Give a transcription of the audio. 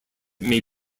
may